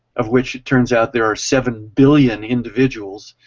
of which it turns out there are seven billion individuals